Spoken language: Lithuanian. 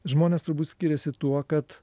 žmonės turbūt skiriasi tuo kad